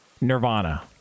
Nirvana